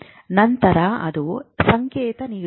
ನಂತರ ಅದು ಸಂಕೇತ ನೀಡುತ್ತದೆ